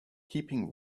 keeping